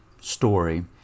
story